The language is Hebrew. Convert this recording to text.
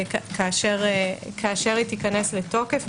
כאשר היא תיכנס לתוקף,